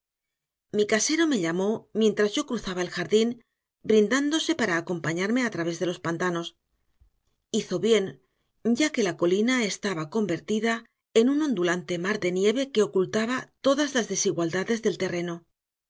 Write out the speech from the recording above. mi casero me llamó mientras yo cruzaba el jardín brindándose para acompañarme a través de los pantanos hizo bien ya que la colina estaba convertida en un ondulante mar de nieve que ocultaba todas las desigualdades del terreno